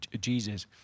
Jesus